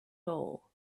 hole